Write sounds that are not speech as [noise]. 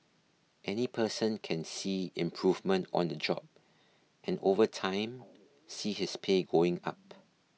any person can see improvement on the job [noise] and over [noise] time see his pay going up